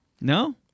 No